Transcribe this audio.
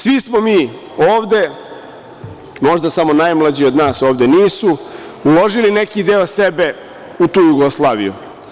Svi smo mi ovde, možda samo najmlađi od nas ovde nisu, uložili neki deo sebe, u tu Jugoslaviju.